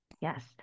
Yes